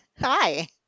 Hi